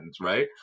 right